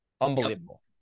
Unbelievable